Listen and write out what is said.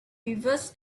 reverse